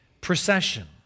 procession